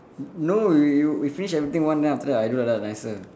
no you you we finish everything one then after that I do like that nicer